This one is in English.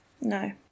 No